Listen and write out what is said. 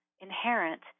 inherent